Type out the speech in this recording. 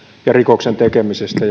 ja rikoksen tekemisestä